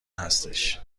هستش